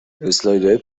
اسلایدهای